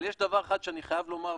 אבל יש דבר אחד שאני חייב לומר,